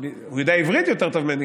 יודע עברית יותר טוב ממני.